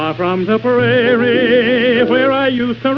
um from the prairie where are you so